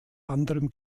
anderem